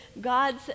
god's